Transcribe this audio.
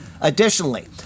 Additionally